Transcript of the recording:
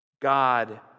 God